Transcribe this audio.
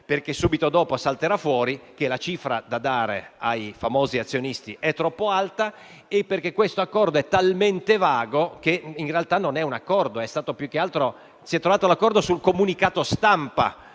perché subito dopo salterà fuori che la cifra da dare ai famosi azionisti è troppo alta e perché quest'accordo è talmente vago che in realtà non è tale. Più che altro si è trovato l'accordo sul comunicato stampa